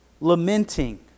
lamenting